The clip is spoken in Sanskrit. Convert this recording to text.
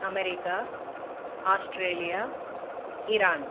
अमेरिक आस्ट्रेलिय इरान्